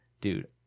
dude